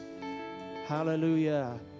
Hallelujah